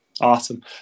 Awesome